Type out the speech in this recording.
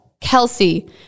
Kelsey